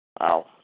Wow